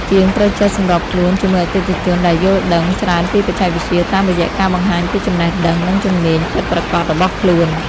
ជាងត្រូវចេះសម្របខ្លួនជាមួយអតិថិជនដែលយល់ដឹងច្រើនពីបច្ចេកវិទ្យា តាមរយៈការបង្ហាញពីចំណេះដឹង និងជំនាញពិតប្រាកដរបស់ខ្លួន។